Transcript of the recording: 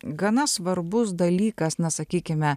gana svarbus dalykas na sakykime